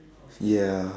ya